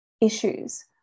issues